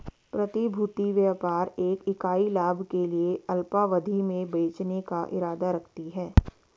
प्रतिभूति व्यापार एक इकाई लाभ के लिए अल्पावधि में बेचने का इरादा रखती है